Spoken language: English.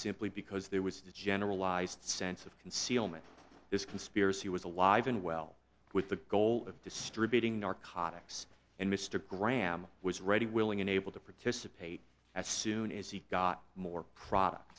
simply because there was the generalized sense of concealment this conspiracy was alive and well with the goal of distributing narcotics and mr graham was ready willing and able to participate as soon as he got more product